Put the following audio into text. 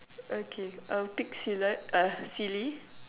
okay I'll pick silat uh silly